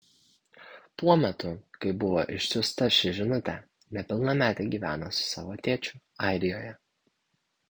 tuo metu kai buvo išsiųsta ši žinutė nepilnametė gyveno su savo tėčiu airijoje